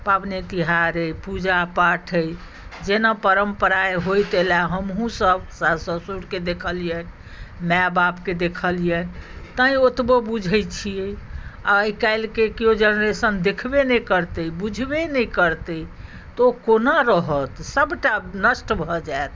पाबनिए तिहार अइ पूजापाठ अइ जेना परम्परा होइत आयलए हमहूँसभ सासु ससुरके देखलियनि माय बापके देखलियनि तैँ ओतबो बुझैत छियै आइकाल्हिके कियो जेनेरेशन देखबे नहि करतै बुझबे नहि करतै तऽ ओ कोना रहत सभटा नष्ट भऽ जायत